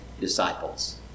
disciples